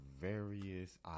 various